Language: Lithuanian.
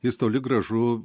jis toli gražu